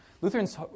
Lutherans